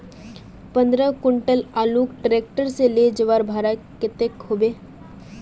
पंद्रह कुंटल आलूर ट्रैक्टर से ले जवार भाड़ा कतेक होबे?